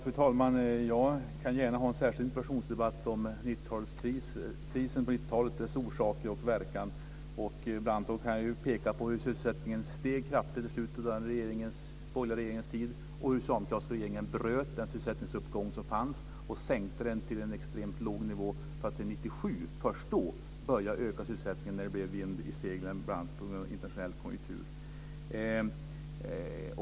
Fru talman! Jag kan gärna ha en särskild interpellationsdebatt om krisen på 90-talet, dess orsaker och verkan. Bl.a. kan jag då peka på hur sysselsättningen steg kraftigt i slutet av den borgerliga regeringens tid, och hur den socialdemokratiska regeringen bröt den sysselsättningsuppgång som fanns och sänkte sysselsättningen till en extremt låg nivå för att först 1997, när det blev vind i seglen bl.a. på grund av internationell konjunktur, börja öka sysselsättningen.